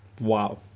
Wow